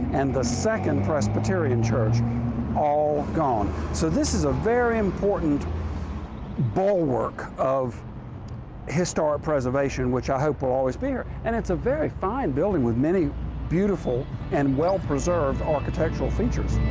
and the second presbyterian church all gone. so this is a very important bulwark of historic preservation which i hope will always be here. and it's a very fine building with many beautiful and well preserved architectural features.